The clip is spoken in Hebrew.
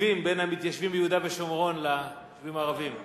תקציבים בין המתיישבים ביהודה ושומרון ליישובים הערביים.